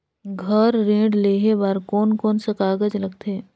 घर ऋण लेहे बार कोन कोन सा कागज लगथे?